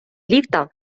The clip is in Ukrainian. ліфта